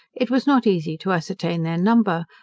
it was not easy to ascertain their number,